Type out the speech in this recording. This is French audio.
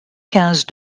quinze